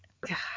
God